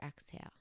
exhale